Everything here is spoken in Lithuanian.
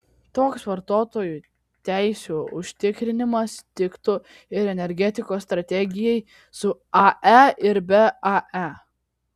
toks vartotojų teisių užtikrinimas tiktų ir energetikos strategijai su ae ir be ae